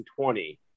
2020